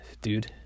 dude